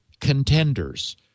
contenders